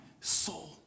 soul